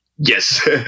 Yes